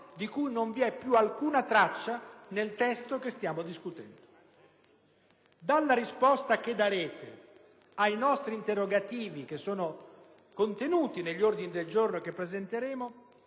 di cui non vi è più alcuna traccia nel testo che stiamo discutendo. Dalla risposta che darete ai nostri interrogativi, contenuti negli ordini del giorno che presenteremo,